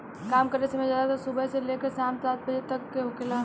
काम करे समय ज्यादातर सुबह से लेके साम सात बजे तक के होखेला